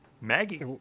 Maggie